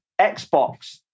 Xbox